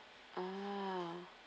ah